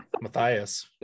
Matthias